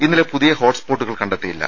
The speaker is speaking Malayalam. ഇന്നലെ പുതിയ ഹോട്സ്പോട്ടുകൾ കണ്ടെത്തിയില്ല